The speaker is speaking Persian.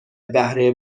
بهره